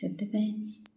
ସେଥିପାଇଁ